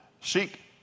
seek